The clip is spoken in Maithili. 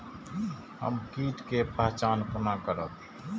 हम कीट के पहचान कोना करब?